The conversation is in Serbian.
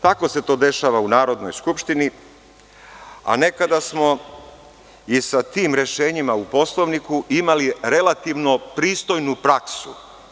Tako se to dešava u Narodnoj skupštini, a nekada smo i sa tim rešenjima u Poslovniku imali relativno pristojnu praksu.